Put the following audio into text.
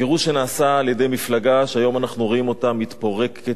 גירוש שנעשה על-ידי מפלגה שהיום אנחנו רואים אותה מתפרקת,